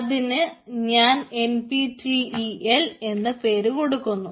അതിന് ഞാൻ NPTEL എന്ന പേര് കൊടുക്കുന്നു